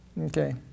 Okay